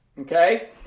Okay